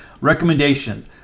Recommendation